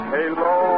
Hello